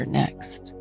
next